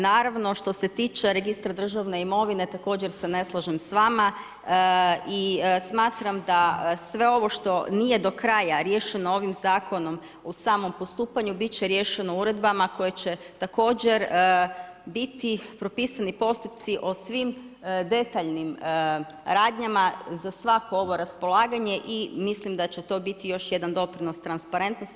Naravno, što se tiče registra državne imovine, također se ne slažem s vama i smatram da sve ovo što nije do kraja riješeno ovim zakonom u samom postupanju, biti će riješeno uredbama, koje će također biti propisani postupci o svim detaljnim radnjama za svako ovo raspolaganje i mislim da će to biti još jedan doprinos transparentnosti.